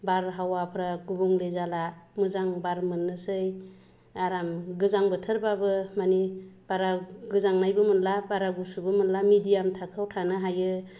बारहावाफोरा गुबुंले जाला मोजां बार मोननोसै आराम गोजां बोथोरब्लाबो माने बारा गोजांनायबो मोनला बारा गुसुबो मोनला मिदियाम थाखोआव थानो हायो